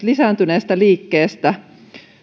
lisääntyneestä liikkeestä